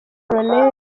col